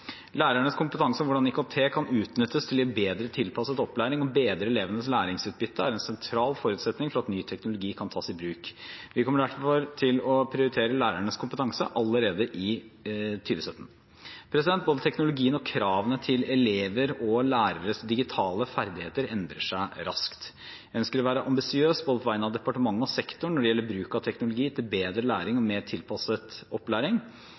Lærernes kompetanse i hvordan IKT kan utnyttes til å gi bedre tilpasset opplæring og bedre elevenes læringsutbytte, er en sentral forutsetning for at ny teknologi kan tas i bruk. Vi kommer derfor til å prioritere lærernes kompetanse allerede i 2017. Både teknologien og kravene til elevers og læreres digitale ferdigheter endrer seg raskt. Jeg ønsker å være ambisiøs på vegne av både departementet og sektoren når det gjelder bruk av teknologi til bedre læring og mer tilpasset opplæring.